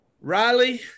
Riley